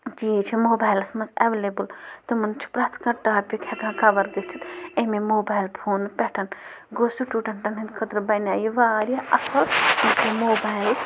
چیٖز چھِ موبایلَس منٛز اٮ۪ولیبٕل تمَن چھِ پرٛٮ۪تھ کانٛہہ ٹاپِک ہٮ۪کان کَوَر گٔژھِتھ امی موبایلہٕ فونہٕ پٮ۪ٹھ گوٚو سٕٹوٗڈٮ۪نٛٹَن ہٕنٛدۍ خٲطرٕ بَنیٛو یہِ واریاہ اَصٕل موبایِل